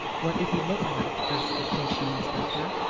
what did he look like? asked the station inspector.